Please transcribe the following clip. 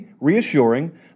reassuring